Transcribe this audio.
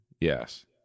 Yes